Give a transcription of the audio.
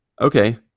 okay